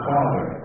Father